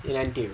in N_T_U